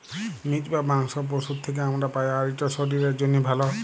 meet বা মাংস পশুর থ্যাকে আমরা পাই, আর ইট শরীরের জ্যনহে ভাল